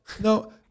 no